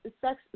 sex